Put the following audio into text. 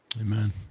Amen